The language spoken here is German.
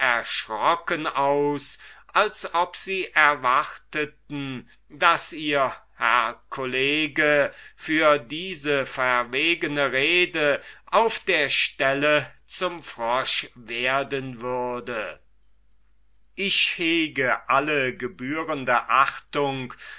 erschrocken aus als ob sie erwarteten daß ihr herr college für diese verwegene rede auf der stelle zum frosch werden würde ich hege alle gebührende achtung